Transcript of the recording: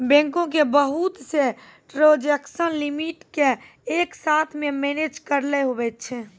बैंको के बहुत से ट्रांजेक्सन लिमिट के एक साथ मे मैनेज करैलै हुवै छै